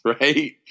right